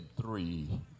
three